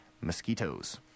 mosquitoes